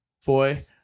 Foy